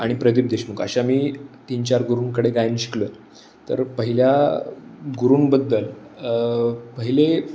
आणि प्रदीप देशमुख अशा मी तीन चार गुरुंकडे गायन शिकलो आहे तर पहिल्या गुरुंबद्दल पहिले